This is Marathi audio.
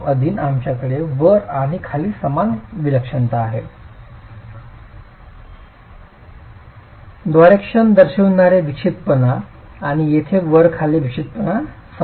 आमच्याकडे वर आणि खाली समान विलक्षणपणा आहे व्दारेक्षण दर्शविणारी विक्षिप्तपणा आणि येथे वर आणि खाली विक्षिप्तपणा समान आहेत